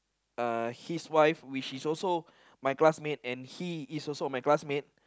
uh his wife which is also my classmate and he is also my classmate